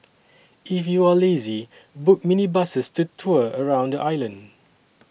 if you are lazy book minibuses to tour around the island